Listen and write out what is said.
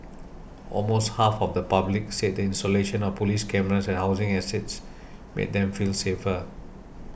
almost half of the public said the installation of police cameras at housing estates made them feel safer